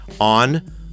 on